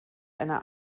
einer